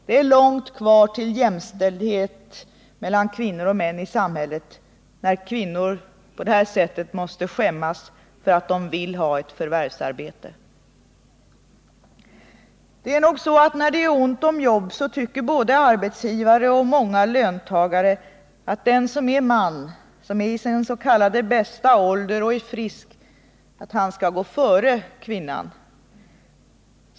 — Det är långt kvar till jämställdhet mellan kvinnor och män i samhället när kvinnor på det sättet måste skämmas för att de vill ha ett förvärsvarbete. Det är nog så att när det är ont om jobb så tycker både arbetsgivare och många löntagare att den som är man, i sin s.k. bästa ålder och frisk skall gå före kvinnan.